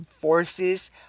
forces